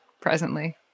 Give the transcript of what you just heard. presently